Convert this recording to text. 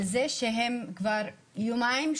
על זה שהם כבר יומיים,